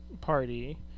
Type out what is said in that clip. party